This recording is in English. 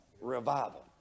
revival